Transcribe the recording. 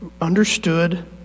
understood